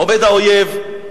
עומד האויב,